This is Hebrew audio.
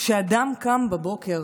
כשאדם קם בבוקר